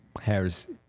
harris